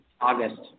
August